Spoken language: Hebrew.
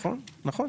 נכון, נכון.